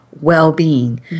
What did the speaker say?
well-being